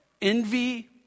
envy